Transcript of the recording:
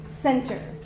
Center